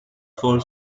for